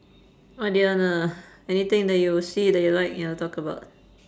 what do you wanna anything that you see that you like you wanna talk about